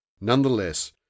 Nonetheless